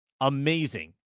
Amazing